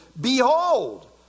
Behold